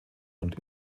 und